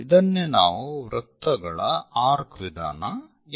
ಇದನ್ನೇ ನಾವು ವೃತ್ತಗಳ ಆರ್ಕ್ ವಿಧಾನ ಎನ್ನುತ್ತೇವೆ